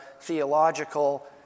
theological